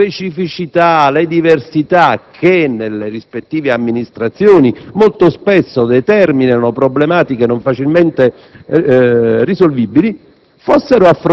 che le specificità e le diversità, che nelle rispettive amministrazioni molto spesso determinano problematiche non facilmente risolvibili,